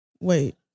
Wait